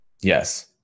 Yes